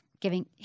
giving